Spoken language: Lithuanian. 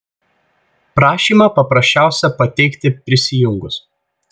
prašymą paprasčiausia pateikti prisijungus